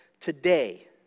today